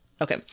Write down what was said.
Okay